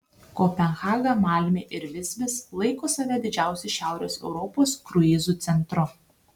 kopenhaga malmė ir visbis laiko save didžiausiu šiaurės europos kruizų centru